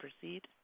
proceed